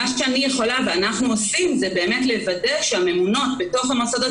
מה שאנחנו עושים זה באמת לוודא שהממונות במוסדות